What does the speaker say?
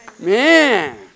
Man